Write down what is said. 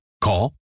Call